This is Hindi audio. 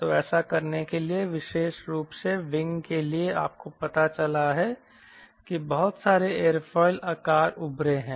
तो ऐसा करने के लिए विशेष रूप से विंग के लिए आपको पता चला है कि बहुत सारे एयरोफिल आकार उभरे हैं